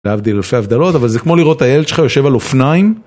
להבדיל אלפי הבדלות, אבל זה כמו לראות את הילד שלך יושב על אופניים.